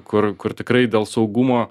kur kur tikrai dėl saugumo